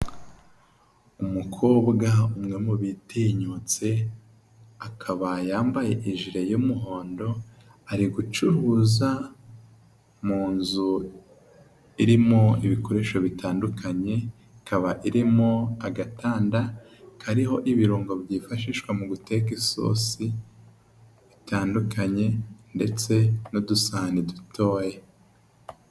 Umukobwa umwe mubitinyutse, akaba yambaye ijire y'umuhondo ari gucuruza mu nzu irimo ibikoresho bitandukanye, ikaba irimo agatanda kariho ibirungo byifashishwa mu guteka isosi bitandukanye ndetse n'udusahani dutoya.